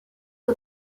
aux